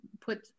put